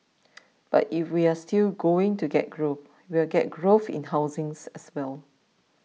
but if we are still going to get growth we will get growth in housing as well